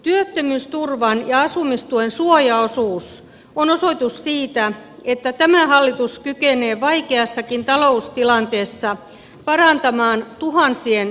työttömyysturvan ja asumistuen suojaosuus on osoitus siitä että tämä hallitus kykenee vaikeassakin taloustilanteessa parantamaan tuhansien pienituloisten asemaa